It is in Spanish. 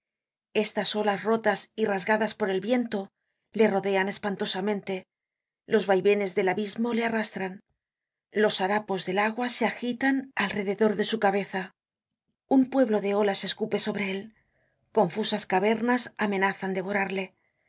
estas olas rotas y rasgadas por el viento le rodean espantosamente los vaivenés del abismo le arrastran los harapos del agua se agitan alrededor de su cabeza un pueblo de olas escupe sobre él confusas cavernas amenazan devorarle